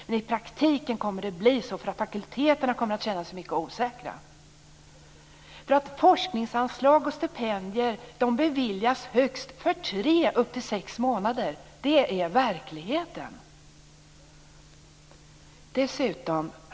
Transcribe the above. Men i praktiken kommer det att bli så, därför att fakulteterna kommer att känna sig mycket osäkra. Forskningsanslag och stipendier beviljas nämligen för högst tre upp till sex månader. Det är verkligheten.